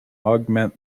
augment